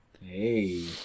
Hey